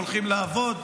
הם הולכים לעבוד,